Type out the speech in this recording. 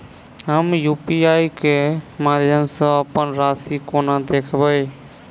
हम यु.पी.आई केँ माध्यम सँ अप्पन राशि कोना देखबै?